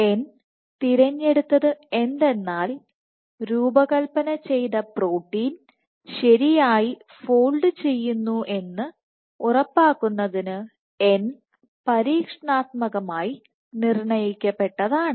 n തിരഞ്ഞെടുത്തത് എന്തെന്നാൽരൂപകൽപ്പന ചെയ്ത പ്രോട്ടീൻ ശരിയായി ഫോൾഡ് ചെയ്യുന്നു എന്ന് ഉറപ്പാക്കുന്നതിന് n പരീക്ഷണാത്മകമായി നിർണ്ണയിക്കപെട്ടതാണ്